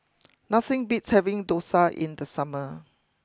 nothing beats having Dosa in the summer